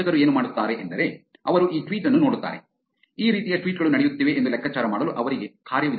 ವಂಚಕರು ಏನು ಮಾಡುತ್ತಾರೆ ಎಂದರೆ ಅವರು ಈ ಟ್ವೀಟ್ ಅನ್ನು ನೋಡುತ್ತಾರೆ ಈ ರೀತಿಯ ಟ್ವೀಟ್ ಗಳು ನಡೆಯುತ್ತಿವೆ ಎಂದು ಲೆಕ್ಕಾಚಾರ ಮಾಡಲು ಅವರಿಗೆ ಕಾರ್ಯವಿಧಾನಗಳಿವೆ